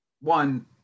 one